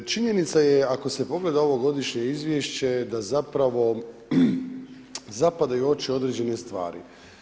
Činjenica je, ako se pogleda ovo godišnje izvješće da zapravo zapadaju u oči određene stvari.